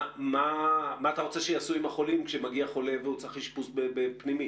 מה אתה רוצה שיעשו עם החולים כשמגיע חולה והוא צריך אשפוז בפנימית?